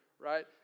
right